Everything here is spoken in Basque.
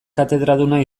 katedraduna